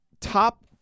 top